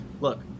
look